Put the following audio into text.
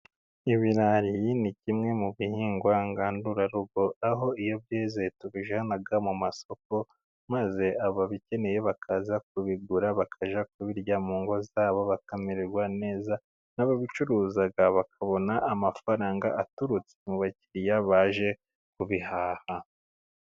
Ibirayi ni kimwe mu bihingwa ngandurarugo, aho iyo byeze tubijyana mu masoko maze ababikeneye bakaza kubigura, bakajya kubirya mu ngo zabo bakamererwa neza, n'ababicuruza bakabona amafaranga aturutse mu bakiriya baje kubihaha.